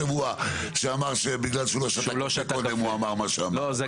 השבוע שאמר שבגלל שהוא לא שתה קודם הוא אמר מה שאמר.